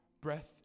breath